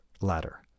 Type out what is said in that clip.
ladder